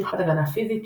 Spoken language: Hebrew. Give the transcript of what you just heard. שכבת הגנה פיזית,